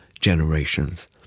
generations